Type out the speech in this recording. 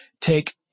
take